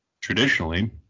Traditionally